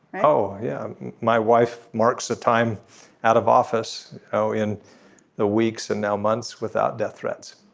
oh yeah my wife marks a time out of office. oh in the weeks and now months without death threats.